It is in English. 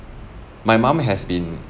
my mom has been